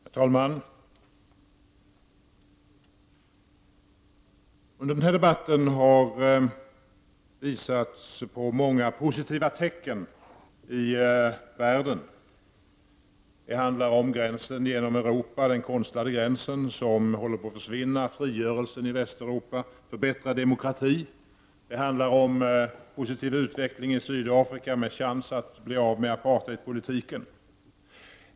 Herr talman! Under den här debatten har visats på många positiva tecken i världen: den konstlade gränsen genom Europa som håller på att försvinna, frigörelsen i Östeuropa, förbättrad demokrati, en positiv utveckling i Sydafrika med chans att bli av med apartheidpolitiken.